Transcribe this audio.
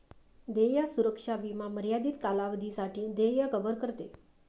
देय सुरक्षा विमा मर्यादित कालावधीसाठी देय कव्हर करते